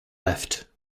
left